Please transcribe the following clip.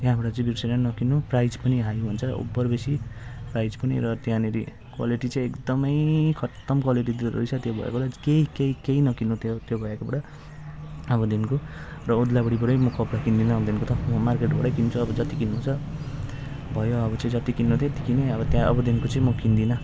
त्यहाँबाट चाहिँ बिर्सिएर पनि नकिन्नु प्राइज पनि हाई भन्छ ओभर बेसी प्राइस पनि र त्यहाँनिर क्वालिटी चाहिँ एकदमै खतम क्वालिटी दिँदोरहेछ त्यो भैयाकोबाट केही केही केही नकिन्नु त्यो त्यो भैयाकोबाट अबदेखिको र ओद्लाबाडीबाटै म कपडा किन्दिनँ अबदेखिको मार्केटबाटै किन्छु अब जति किन्नु छ भयो अब चाहिँ जति किन्नु थियो किनेँ अब त्यहाँ अबदेखिको चाहिँ म किन्दिनँ